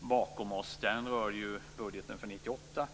bakom oss rör budgeten för 1998.